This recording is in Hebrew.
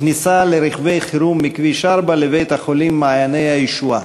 כניסה לרכבי חירום מכביש 4 לבית-החולים "מעייני הישועה"